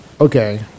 okay